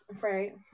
right